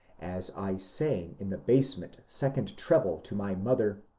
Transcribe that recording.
as i sang in the basement second treble to my mother,